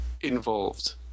involved